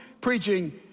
preaching